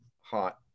hot